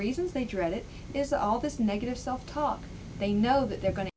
reasons they dread it is all this negative self talk they know that they're going to